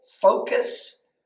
focus